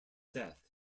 death